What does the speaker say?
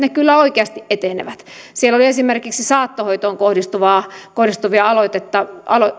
kyllä oikeasti etenevät siellä oli esimerkiksi saattohoitoon kohdistuvia aloitteita